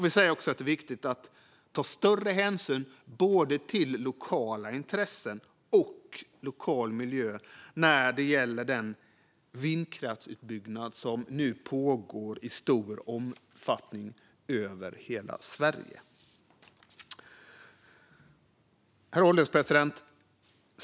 Vi säger också att det är viktigt att ta större hänsyn till både lokala intressen och lokal miljö när det gäller den vindkraftsutbyggnad som pågår i stor omfattning över hela Sverige. Herr ålderspresident!